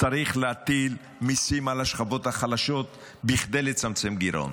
צריך להטיל מיסים על השכבות החלשות כדי לצמצם גירעון.